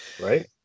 right